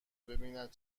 ببیند